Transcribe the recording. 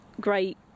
great